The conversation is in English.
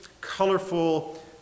colorful